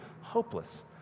hopeless